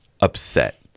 upset